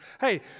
Hey